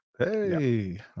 Hey